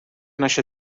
naše